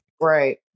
right